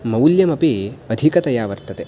मौल्यमपि अधिकतया वर्तते